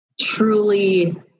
truly